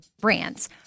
brands